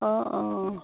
অঁ অঁ